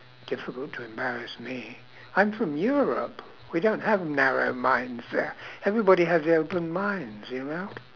difficult to embarrass me I'm from europe we don't have narrow mindsets everybody has their open minds you know